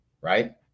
right